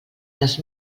les